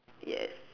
yes